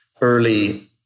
early